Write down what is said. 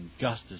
justice